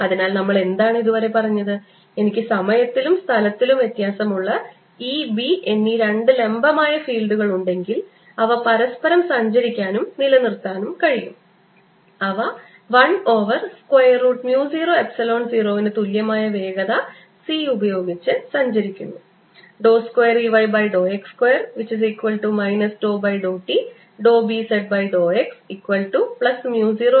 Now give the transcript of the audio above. അതിനാൽ നമ്മൾ എന്താണ് ഇതുവരെ പറഞ്ഞത് എനിക്ക് സമയത്തിലും സ്ഥലത്തിലും വ്യത്യാസമുള്ള E B എന്നീ രണ്ട് ലംബമായ ഫീൽഡുകൾ ഉണ്ടെങ്കിൽ അവ പരസ്പരം സഞ്ചരിക്കാനും നിലനിർത്താനും കഴിയും അവ 1 over square root mu 0 epsilon 0 ന് തുല്യമായ വേഗത c ഉപയോഗിച്ച് സഞ്ചരിക്കുന്നു